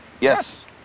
Yes